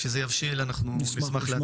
כשזה יבשיל אנחנו נשמח לעדכן.